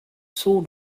soon